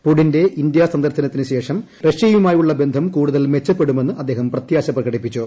പുടിന്റെ India സന്ദർശനത്തിന് ശേഷം റഷ്യയുമായുള്ള ബന്ധം കൂടുതൽ മെച്ചപ്പെടുമെന്ന് അദ്ദേഹം പ്രത്യാശ പ്രകടിപ്പിച്ചു